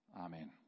Amen